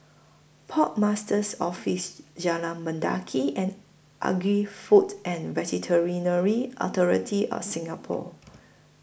Port Master's Office Jalan Mendaki and Agri Food and Authority of Singapore